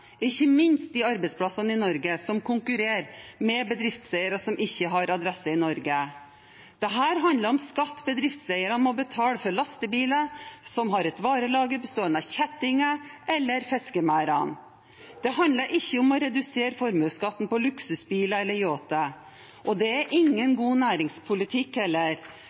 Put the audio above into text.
ikke minst de arbeidsplassene i Norge som konkurrerer med bedriftseiere som ikke har adresse i Norge. Dette handler om skatt bedriftseiere må betale for lastebiler som har et varelager bestående av kjettinger, eller fiskemerder. Det handler ikke om å redusere formuesskatten på luksusbiler eller yachter. Det er ingen god næringspolitikk